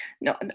no